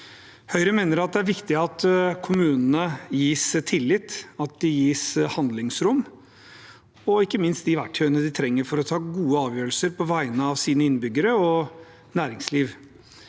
Høyre mener det er viktig at kommunene gis tillit, at de gis handlingsrom og ikke minst de verktøyene de trenger for å ta gode avgjørelser på vegne av sine innbyggere og sitt næringsliv.